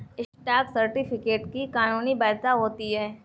stock certificate की कानूनी वैधता होती है